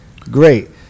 Great